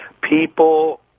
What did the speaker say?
people